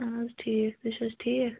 اَہَن حظ ٹھیٖک تُہۍ چھِو حظ ٹھیٖک